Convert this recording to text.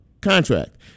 contract